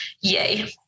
yay